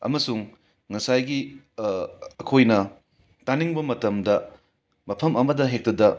ꯑꯃꯁꯨꯡ ꯉꯁꯥꯏꯒꯤ ꯑꯩꯈꯣꯏꯅ ꯇꯥꯅꯤꯡꯕ ꯃꯇꯝꯗ ꯃꯐꯝ ꯑꯃꯗ ꯍꯦꯛꯇꯗ